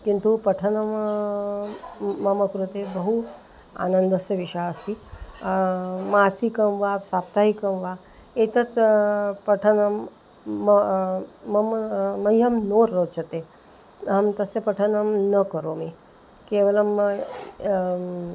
किन्तु पठनं म मम प्रति बहु आनन्दस्य विषयः अस्ति मासिकं वा साप्ताहिकं वा एतत् पठनं म मम मह्यं न रोचते अहं तस्य पठनं न करोमि केवलं